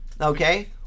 okay